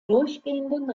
durchgehenden